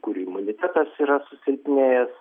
kurių imunitetas yra susilpnėjęs